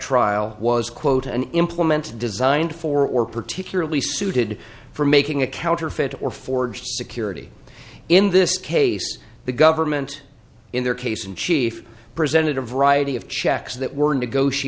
trial was quote an implement designed for or particularly suited for making a counterfeit or forged security in this case the government in their case in chief presented a variety of checks that were